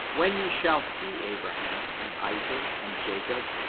when ye shall see abraham, and isaac, and jacob,